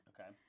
Okay